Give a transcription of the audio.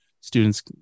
students